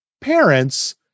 parents